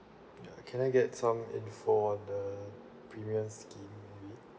ya can I get some info on the previous scheme maybe